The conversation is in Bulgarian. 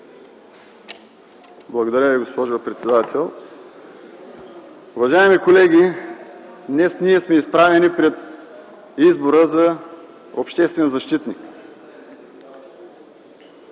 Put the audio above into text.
Благодаря Ви, госпожо председател. Уважаеми колеги, днес ние сме изправени пред избора за обществен защитник.